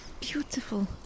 beautiful